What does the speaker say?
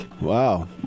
Wow